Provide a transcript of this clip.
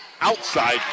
Outside